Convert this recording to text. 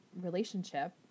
relationship